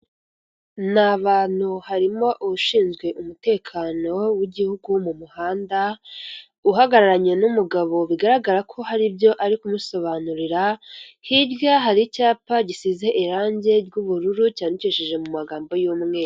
Ni abantu harimo ushinzwe umutekano w'igihugu mu muhanda, uhagararanye n'umugabo bigaragara ko hari ibyo ari kumusobanurira, hirya hari icyapa gisize irangi ry'ubururu cyandikishije mu magambo y'umweru.